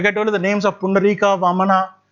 you and the names pundareeka, vamana,